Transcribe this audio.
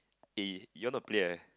eh you want to play ah